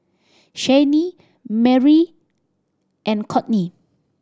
Shayne Merry and Kortney